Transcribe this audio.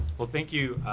well, thank you,